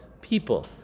people